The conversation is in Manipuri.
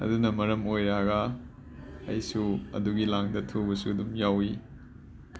ꯑꯗꯨꯅ ꯃꯔꯝ ꯑꯣꯏꯔꯒ ꯑꯩꯁꯨ ꯑꯗꯨꯒꯤ ꯂꯥꯡꯗ ꯊꯨꯕꯁꯨ ꯗꯨꯝ ꯌꯥꯎꯏ